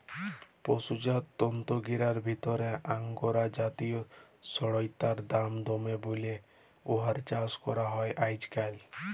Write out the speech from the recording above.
পসুজাত তন্তুগিলার ভিতরে আঙগোরা জাতিয় সড়সইড়ার দাম দমে বল্যে ইয়ার চাস করা হছে আইজকাইল